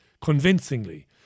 convincingly